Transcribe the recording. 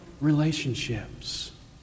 relationships